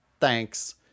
Thanks